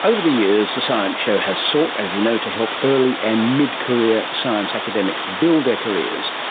over the years the science show has sought, as you know, to help early and mid-career science academics build their careers.